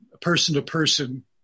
person-to-person